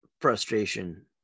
frustration